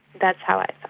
that's how i